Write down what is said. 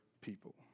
people